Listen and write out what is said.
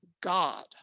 God